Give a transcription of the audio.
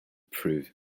prove